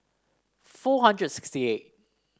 four hundred sixty eighth